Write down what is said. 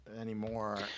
anymore